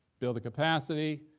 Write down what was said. build the capacity,